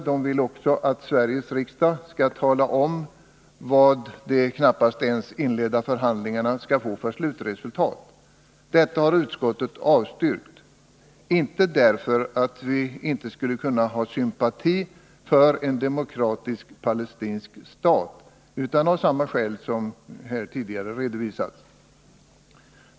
Vpk vill också att Sveriges riksdag skall tala om vad de knappast ens inledda förhandlingarna skall få för slutresultat. Detta har utskottet avstyrkt, inte därför att vi inte skulle kunna ha sympati för en demokratisk palestinsk stat, utan av samma skäl som här tidigare har 113 redovisats.